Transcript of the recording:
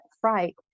fright